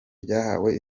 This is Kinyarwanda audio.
ryahawe